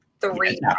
three